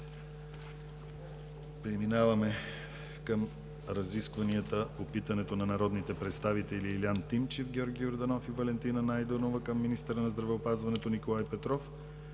Преминаваме към разискванията по питането на народните представители Илиян Тимчев, Георги Йорданов и Валентина Найденова към министъра на здравеопазването Николай Петров